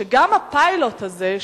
גם הפיילוט הזה,